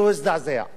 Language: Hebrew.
בנושאים החברתיים?